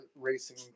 racing